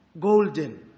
Golden